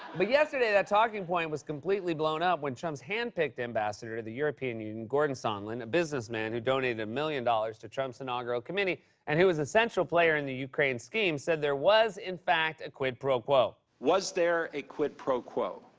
but yesterday that talking point was completely blown up when trump's hand-picked ambassador to the european union, gordon sondland, a businessman who donated a million dollars to trump's inaugural committee and who was a central player in the ukraine scheme said there was, in fact, a quid pro quo. was there a quid pro quo?